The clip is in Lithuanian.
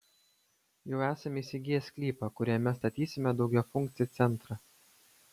jau esame įsigiję sklypą kuriame statysime daugiafunkcį centrą